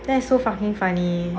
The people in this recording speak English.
that's so fucking funny